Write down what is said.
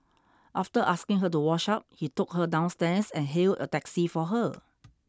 after asking her to wash up he took her downstairs and hailed a taxi for her